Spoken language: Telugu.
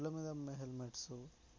ఆ రోడ్లమీద అమ్మే హెల్మెట్స్